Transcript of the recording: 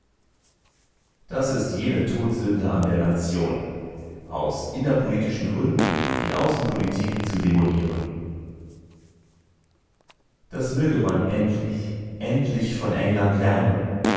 das ist jene todsünde an der nation aus innerpolitischen gründen die außenpolitik zu demolieren das möge man endlich endlich von england lernen